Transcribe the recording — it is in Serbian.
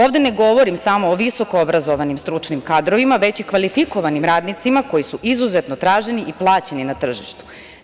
Ovde ne govorim samo o visoko obrazovanim stručnim kadrovima, već i kvalifikovanim radnicima koji su izuzetno traženi i plaćeni na tržištu.